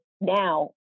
now